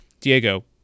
Diego